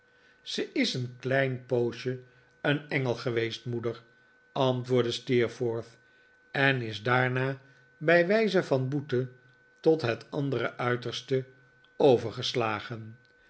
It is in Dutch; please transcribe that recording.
zij is een klein poosje een engel geweest moeder antwoordde steerforth en is daarna bij wijze van boete tot het andere uiterste overgeslagen